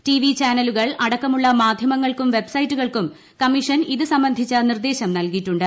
TV ചാനലുകൾ അടക്കമുള്ള മാധ്യമങ്ങൾക്കും വെബ്സ്ടൈറ്റുകൾക്കും കമ്മീഷൻ ഇത് സംബന്ധിച്ച നിർദ്ദേശം നൽകിയിട്ടുണ്ട്